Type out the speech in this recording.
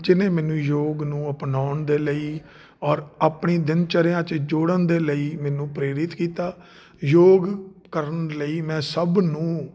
ਜਿਹਨੇ ਮੈਨੂੰ ਯੋਗ ਨੂੰ ਅਪਣਾਉਣ ਦੇ ਲਈ ਔਰ ਆਪਣੀ ਦਿਨ ਚਰਿਆਂ 'ਚ ਜੋੜਨ ਦੇ ਲਈ ਮੈਨੂੰ ਪ੍ਰੇਰਿਤ ਕੀਤਾ ਯੋਗ ਕਰਨ ਲਈ ਮੈਂ ਸਭ ਨੂੰ